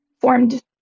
formed